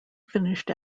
finished